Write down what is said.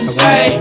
say